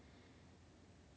mm